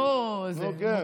לא זה.